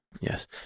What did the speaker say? Yes